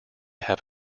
have